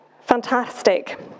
fantastic